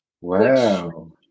Wow